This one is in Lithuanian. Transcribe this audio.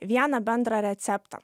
vieną bendrą receptą